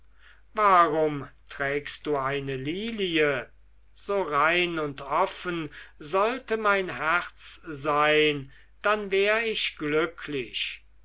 warum trägst du eine lilie so rein und offen sollte mein herz sein dann wär ich glücklich